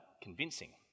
convincing